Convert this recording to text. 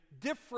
different